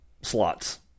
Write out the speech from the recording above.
slots